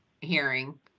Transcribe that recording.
hearing